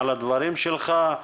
על הדברים שלך,